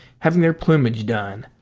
having their plumage done.